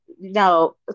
no